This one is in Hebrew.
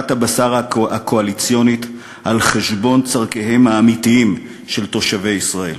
הבשר הקואליציונית על חשבון צורכיהם האמיתיים של תושבי ישראל.